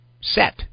set